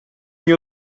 nie